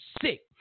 sick